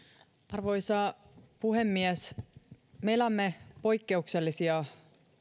arvoisa puhemies me elämme poikkeuksellisia